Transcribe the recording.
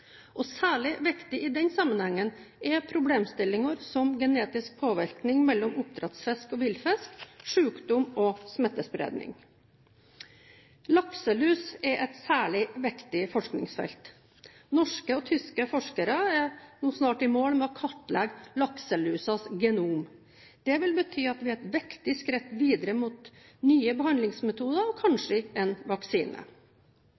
miljøavtrykk. Særlig viktig i denne sammenhengen er problemstillinger som genetisk påvirkning mellom oppdrettsfisk og villfisk, sykdom og smittespredning. Lakselus er et særlig viktig forskningsfelt. Norske og tyske forskere er nå snart i mål med å kartlegge lakselusens genom. Det vil bety at vi er et viktig skritt videre mot nye behandlingsmetoder og